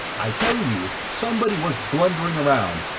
i tell you, somebody was blundering around,